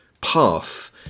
path